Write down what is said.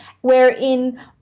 wherein